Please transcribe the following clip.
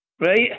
right